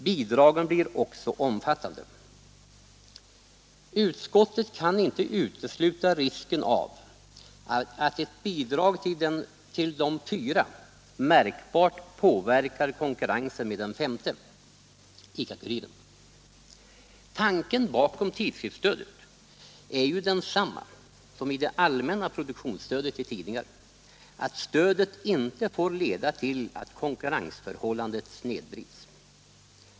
Bidragen blir också omfattande. Utskottet kan inte utesluta risken av att ett bidrag till de fyra märkbart påverkar konkurrensen med den femte, ICA-Kuriren. Tanken bakom tidskriftsstödet är ju densamma som bakom det allmänna produktionsstödet till tidningar, nämligen att stödet inte får leda till att konkurrensförhållanden snedvrids.